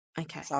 okay